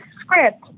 script